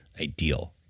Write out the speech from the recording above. ideal